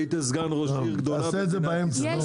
היית סגן ראש גדולה במדינת ישראל.